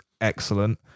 excellent